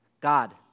God